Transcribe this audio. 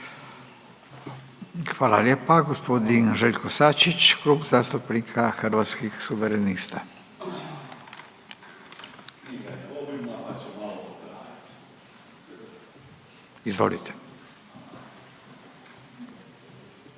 Hvala lijepa. Gospodin Željko Sačić, Klub zastupnika Hrvatskih suverenista. Izvolite.